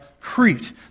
Crete